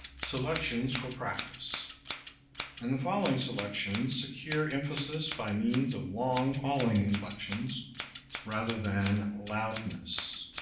selections for practise in the following selections secure emphasis by means of long falling inflections rather than loudness.